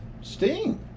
Sting